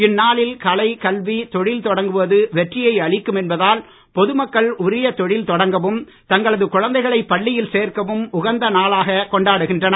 இந்நாளில் கலை கல்வி தொழில் தொடங்குவது வெற்றியை அளிக்கும் என்பதால் பொதுமக்கள் உரிய தொழில் தொடங்கவும் தங்களது குழந்தைகளை பள்ளியில் சேர்க்கவும் உகந்த நாளாகக் கொண்டாடுகின்றனர்